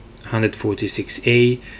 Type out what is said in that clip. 146A